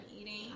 eating